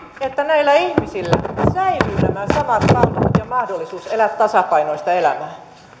että näillä ihmisillä säilyvät nämä samat palvelut ja mahdollisuus elää tasapainoista elämää